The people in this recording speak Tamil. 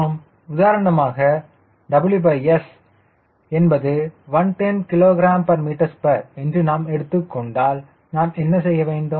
மற்றும் உதாரணமாக WS என்பது 110 kgm2 என்று நாம் எடுத்துக் கொண்டால் நாம் என்ன செய்ய வேண்டும்